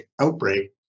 outbreak